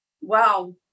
wow